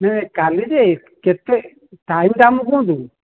ନାଇ ନାଇ କାଲି ଯେ କେତେ ଟାଇମ୍ ଟା ଆମକୁ କୁହନ୍ତୁ